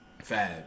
Fab